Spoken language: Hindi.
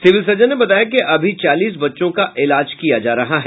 सिविल सर्जन ने बताया कि अभी चालीस बच्चों का इलाज किया जा रहा है